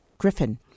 Griffin